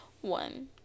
one